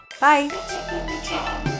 Bye